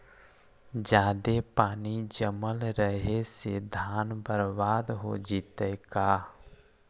जादे पानी जमल रहे से धान बर्बाद हो जितै का?